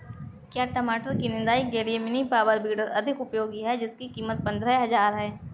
क्या टमाटर की निदाई के लिए मिनी पावर वीडर अधिक उपयोगी है जिसकी कीमत पंद्रह हजार है?